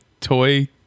toy